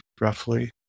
roughly